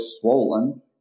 swollen